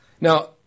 Now